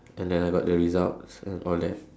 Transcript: and then I got the results and all that